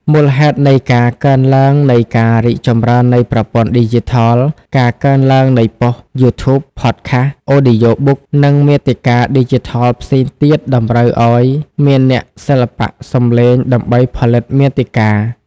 មូលហេតុនៃការកើនឡើងការរីកចម្រើននៃប្រព័ន្ធឌីជីថល ការកើនឡើងនៃប៉ុស្តិ៍ យូធូប ផតខាស់ អូឌីយ៉ូប៊ុក និងមាតិកាឌីជីថលផ្សេងទៀត តម្រូវឲ្យមានអ្នកសិល្បៈសំឡេងដើម្បីផលិតមាតិកា។